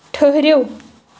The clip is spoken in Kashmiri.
ٹھٕہرِو